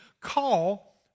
call